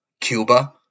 Cuba